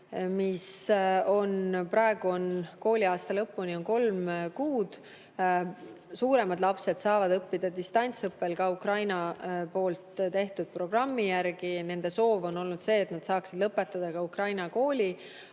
Praegu on kooliaasta lõpuni kolm kuud. Suuremad lapsed saavad õppida distantsõppel ka Ukraina programmi järgi. Nende soov on olnud see, et nad saaksid lõpetada ka Ukraina kooli.